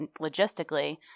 logistically